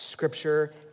Scripture